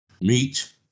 Meat